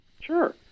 Sure